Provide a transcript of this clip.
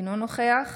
אינו נוכח